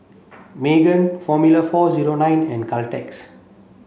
Megan Formula four zero nine and Caltex